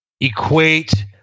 equate